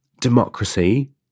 democracy